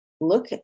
look